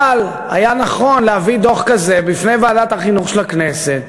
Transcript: אבל היה נכון להביא דוח כזה בפני ועדת החינוך של הכנסת,